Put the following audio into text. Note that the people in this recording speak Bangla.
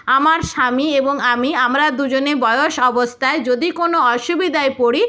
আমার স্বামী এবং আমি আমরা দুজনে বয়স অবস্থায় যদি কোনো অসুবিধায় পড়ি